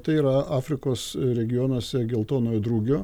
tai yra afrikos regionuose geltonojo drugio